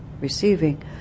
receiving